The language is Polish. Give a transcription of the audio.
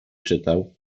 czytał